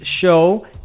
show